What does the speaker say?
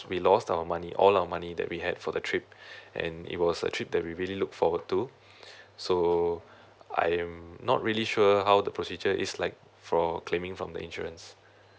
we lost our money all our money that we had for the trip and it was a trip that we really look forward to so I am not really sure how the procedure is like for claiming from the insurance